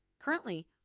Currently